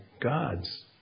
God's